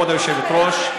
כבוד היושבת-ראש,